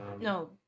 No